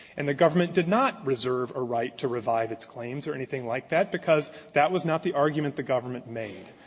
and the government did not reserve a right to revive its claims or anything like that, because that was not the argument the government made.